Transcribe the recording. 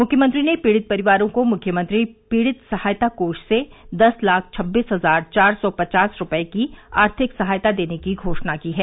मुख्यमंत्री ने पीड़ित परिवारों को मुख्यमंत्री पीड़ित सहायता कोष से दस लाख छब्बीस हजार चार सौ पचास रूपए की आर्थिक सहायता देने की घोषणा की है